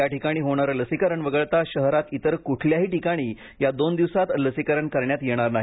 या ठिकाणी होणारे लसीकरण वगळता शहरात इतर कुठल्याही ठिकाणी या दोन दिवसात लसीकरण करण्यात येणार नाही